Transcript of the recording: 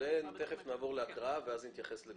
תכף נעבור להקראה ואז נתייחס לגופו.